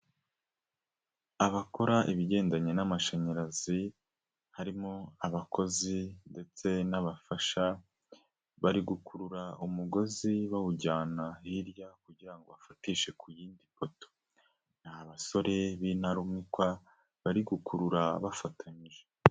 Abakora ibigendanye n'amashanyarazi, harimo abakozi ndetse n'abafasha, bari gukurura umugozi bawujyana hirya kugira ngo bafatishe ku yindi poto. Ni basore b'intarumikwa, bari gukurura bafatanyije.